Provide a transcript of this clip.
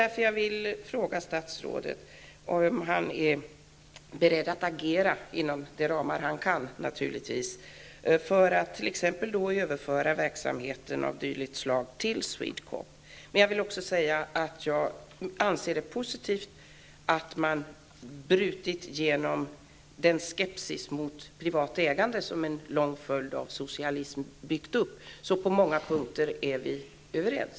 Därför vill jag fråga statsrådet Alf Svensson om han är beredd att agera, och då naturligtvis inom de ramar som gäller, för att t.ex. överföra verksamhet av dylikt slag till SWEDECORP. Jag vill dock också säga att jag anser att det är positivt att man har lyckats bryta igenom den skepsis mot privat ägande som byggts upp under en lång tid av socialism. På många punkter är vi således överens.